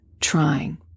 trying